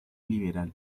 liberal